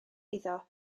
iddo